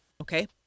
Okay